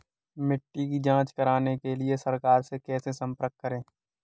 मिट्टी की जांच कराने के लिए सरकार से कैसे संपर्क करें?